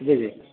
جی جی